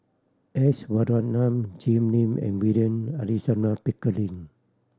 S Varathan Jim Lim and William Alexander Pickering